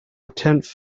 tenth